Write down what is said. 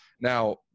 Now